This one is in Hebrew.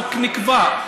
לא נקבע.